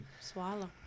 swallow